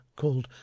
called